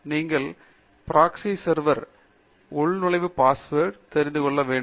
நீங்கள் உங்கள் proxy server உள்நுழைவு பாஸ்வேர்டு தெரிந்து கொள்ள வேண்டும்